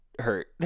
hurt